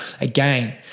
Again